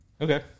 Okay